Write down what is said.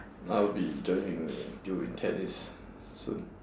I'll be joining you you in tennis soon